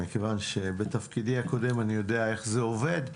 מכיוון שבתפקידי הקודם אני יודע איך זה עובד,